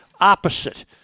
opposite